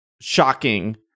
shocking